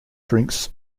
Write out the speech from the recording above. drinks